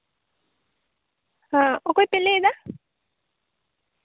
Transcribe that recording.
ᱦᱮᱸ ᱚᱠᱚᱭ ᱯᱮ ᱞᱟᱹᱭᱫᱟ